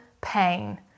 pain